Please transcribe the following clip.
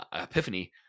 epiphany